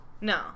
No